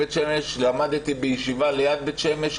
למדתי בישיבה ליד בית שמש,